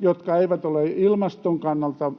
jotka eivät ole ilmaston kannalta